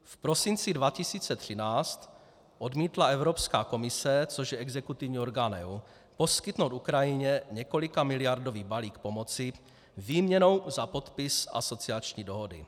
V prosinci 2013 odmítla Evropská komise, což je exekutivní orgán EU, poskytnout Ukrajině několikamiliardový balík pomoci výměnou za podpis asociační dohody.